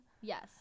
yes